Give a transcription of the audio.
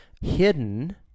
hidden